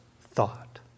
thought